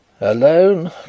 Alone